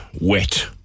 wet